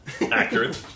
Accurate